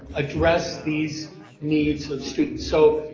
address these needs of students. so,